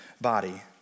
body